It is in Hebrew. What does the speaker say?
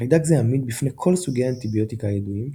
חיידק זה עמיד בפני כל סוגי האנטיביוטיקה הידועים,